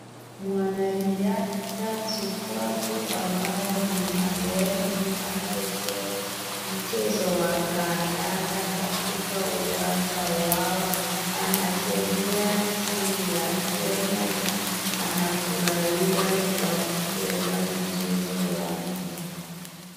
Mwanariadha shupavu ambaye ni [?] anayecheza mchezo wa kandanda uwanja wao anachezea timu ya Kenya na anafurahia kwa kucheza mchezo wake.